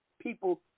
people